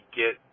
get